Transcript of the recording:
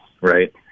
right